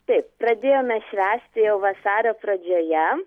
taip pradėjome švęsti jau vasario pradžioje